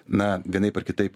na vienaip ar kitaip